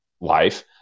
life